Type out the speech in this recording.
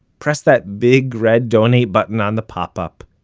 press that big red donate button on the pop-up,